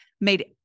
made